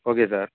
okay sir